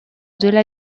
delà